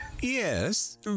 Yes